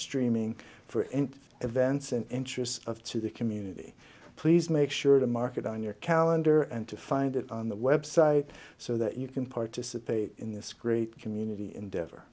streaming for any events and interests of to the community please make sure to mark it on your calendar and to find it on the website so that you can participate in this great community endeavo